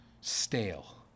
stale